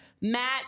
Matt